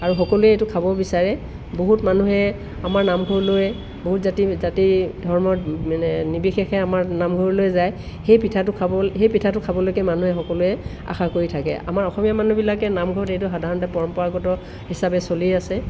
আৰু সকলোৱে এইটো খাব বিচাৰে বহুত মানুহে আমাৰ নামঘৰলৈ বহুত জাতিৰ জাতি ধৰ্ম মানে নিৰ্বিশেষে আমাৰ নামঘৰলৈ যায় সেই পিঠাটো খাব সেই পিঠাটো খাবলৈকে মানুহে সকলোৱে আশা কৰি থাকে আমাৰ অসমীয়া মানুহবিলাকে নামঘৰত এইটো সাধাৰণতে পৰম্পৰাগত হিচাপে চলি আছে